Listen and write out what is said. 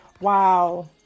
wow